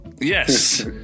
Yes